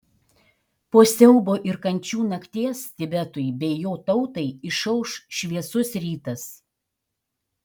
po siaubo ir kančių nakties tibetui bei jo tautai išauš šviesus rytas